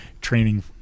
training